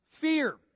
Fear